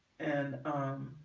and um